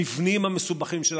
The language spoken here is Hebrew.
המבנים המסובכים שלה,